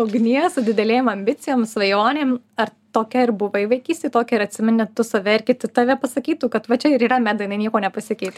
ugnies su didelėm ambicijom svajonėm ar tokia ir buvai vaikystėj tokią ir atsimeni tu save ir kiti tave pasakytų kad va čia ir yra meda jinai nieko nepasikeitė